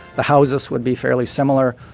the houses would be fairly similar.